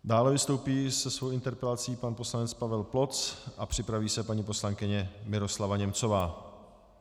Dále vystoupí se svou interpelací pan poslanec Pavel Ploc a připraví se paní poslankyně Miroslava Němcová.